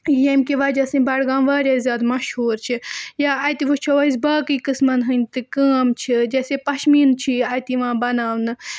ییٚمہِ کہِ وجہ سۭتۍ بڈگام واریاہ زیادٕ مشہوٗر چھِ یا اَتہِ وٕچھو أسۍ باقٕے قٕسمَن ہٕنٛدۍ تہِ کٲم چھِ جیسے پَشمیٖن چھِ اَتہِ یِوان بَناونہٕ